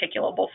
articulable